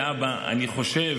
האבא: אני חושב,